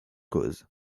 cause